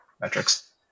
metrics